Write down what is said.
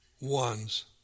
ones